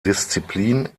disziplin